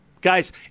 Guys